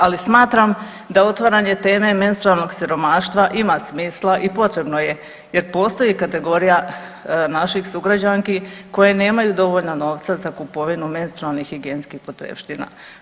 Ali smatram da otvaranje teme menstrualnog siromaštva ima smisla i potrebno je, jer postoji kategorija naših sugrađanki koje nemaju dovoljno novca za kupovinu menstrualnih higijenskih potrepština.